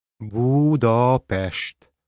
Budapest